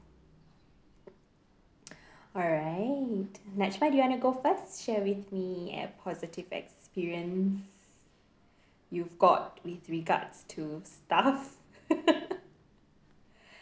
alright nachma do you want to go first share with me a positive experience you've got with regards to stuff